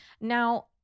Now